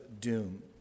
doom